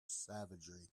savagery